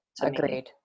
Agreed